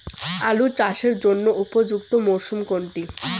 আলু চাষের জন্য উপযুক্ত মরশুম কোনটি?